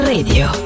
Radio